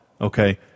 okay